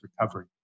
recovery